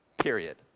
period